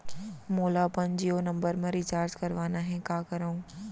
मोला अपन जियो नंबर म रिचार्ज करवाना हे, का करव?